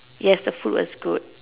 yes the food was good